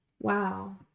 wow